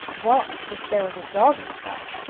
what if there was a dog inside?